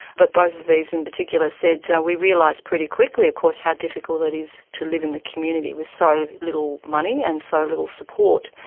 but both of these in particular said we realised pretty quickly of course how difficult it is to live in a community with so little money and so little support.